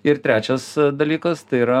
ir trečias dalykas tai yra